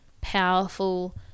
powerful